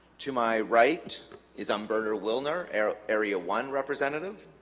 to my right is umberto willner aro area one representative